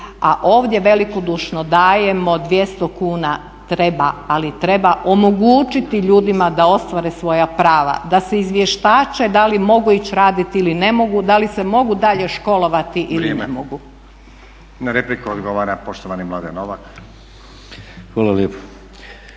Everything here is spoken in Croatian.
a ovdje velikodušno dajemo 200 kuna. Treba, ali treba omogućiti ljudima da ostvare svoja prava, da se izvještače da li mogu ići raditi ili ne mogu, da li se mogu dalje školovati ili ne mogu. **Stazić, Nenad (SDP)** Na repliku odgovara poštovani Mladen Novak. **Novak, Mladen